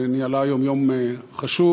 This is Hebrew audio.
שניהלה היום יום חשוב,